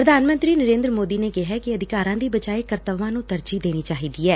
ਪ੍ਧਾਨ ਮੰਤਰੀ ਨਰੇਂਦਰ ਮੋਦੀ ਨੇ ਕਿਹੈ ਕਿ ਅਧਿਕਾਰਾਂ ਦੀ ਬਜਾਏ ਕਰਤਵਾਂ ਨੂੰ ਤਰਜੀਹ ਦੇਣੀ ਚਾਹੀਦੀ ਐ